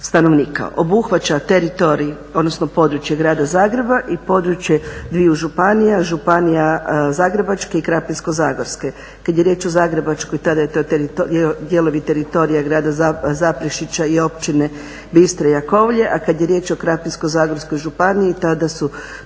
stanovnika. Obuhvaća područje Grada Zagreba i područje dvije županija, Županija Zagrebačka i Krapinsko-zagorske. Kad je riječ o Zagrebačkoj tada je to teritorij, dijelovi teritorija Grada Zaprešića i općine Bistra i Jakovlje a kad je riječ o Krapinsko-zagorskoj županiji tada su